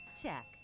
check